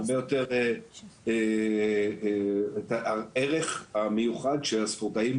הרבה יותר את הערך המיוחד שהספורטאים